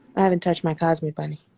i haven't touched my cosby money.